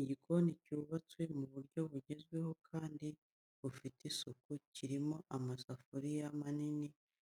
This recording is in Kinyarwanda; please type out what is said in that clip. Igikoni cyubatse mu buryo bugezweho kandi bufite isuku, kirimo amasafuriya manini